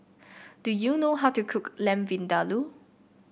do you know how to cook Lamb Vindaloo